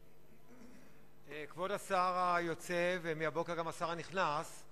כבוד השר היוצא ומהבוקר גם השר הנכנס,